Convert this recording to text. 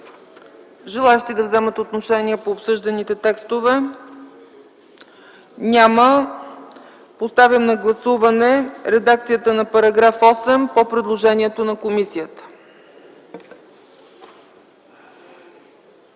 Желаещи да вземат отношение по представените текстове? Няма. Поставям на гласуване редакцията на § 8 по предложението на комисията.